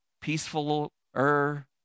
peaceful-er